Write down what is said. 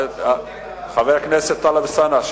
חבר הכנסת טלב אלסאנע.